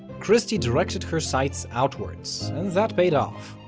christie directed her sights outwards and that paid off.